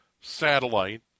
satellite